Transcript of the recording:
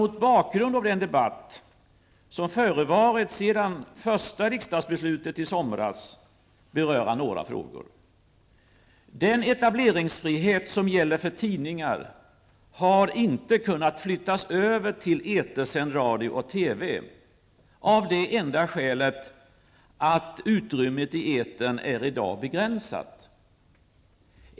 Mot bakgrund av den debatt som förevarit sedan första riksdagsbeslutet i somras vill jag beröra några frågor. Den etableringsfrihet som gäller för tidningar har inte kunnat flyttas över till etersänd radio och TV, av det enda skälet att utrymmet i etern i dag är begränsat.